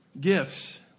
gifts